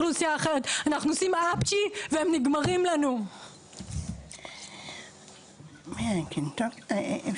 אני לא אומרת שכל המשפחות יקבלו את השירות של העובד הזר דרך